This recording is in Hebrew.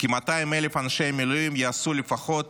כ-200,000 אנשי מילואים יעשו לפחות